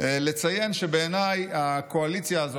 לציין שבעיניי הקואליציה הזאת,